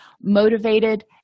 motivated